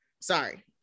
Sorry